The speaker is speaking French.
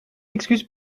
excuse